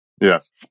Yes